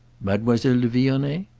mademoiselle de vionnet?